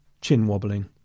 chin-wobbling